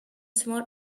small